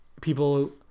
people